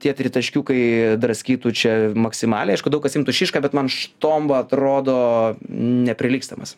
tie tritaškiukai draskytų čia maksimaliai aišku daug kas imtų šišką bet man štomba atrodo neprilygstamas